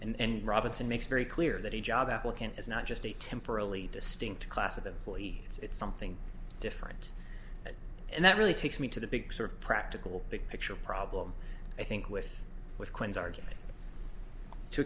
and robinson makes very clear that he job applicant is not just a temporally distinct class of them it's something different and that really takes me to the big sort of practical big picture problem i think with with quinn's argument to